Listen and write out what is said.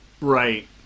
Right